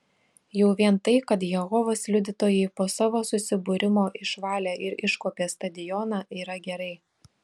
jau vien tai kad jehovos liudytojai po savo susibūrimo išvalė ir iškuopė stadioną yra gerai